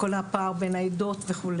כל הפער בין העדות כו',